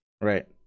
right